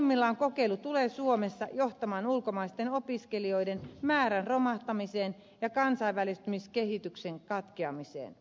pahimmillaan kokeilu tulee suomessa johtamaan ulkomaisten opiskelijoiden määrän romahtamiseen ja kansainvälistymiskehityksen katkeamiseen